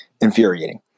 infuriating